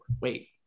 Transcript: wait